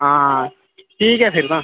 हांआं ठीक ऐ फ्ही तां